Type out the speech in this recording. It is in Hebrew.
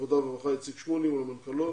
העבודה והרווחה איציק שמולי ולמנכ"לו